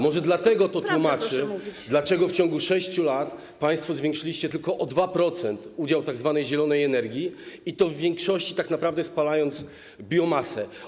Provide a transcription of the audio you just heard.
Może to tłumaczy, dlaczego w ciągu 6 lat państwo zwiększyliście tylko o 2% udział tzw. zielonej energii, i to w większości tak naprawdę spalając biomasę.